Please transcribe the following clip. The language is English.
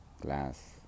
glass